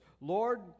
Lord